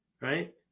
right